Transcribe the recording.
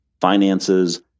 finances